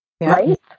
right